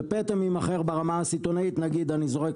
שפטם יימכר ברמה הסיטונאית נגיד אני זורק